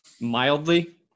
mildly